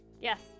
Yes